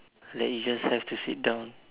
like you just have to sit down